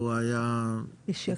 הוא היה -- איש יקר.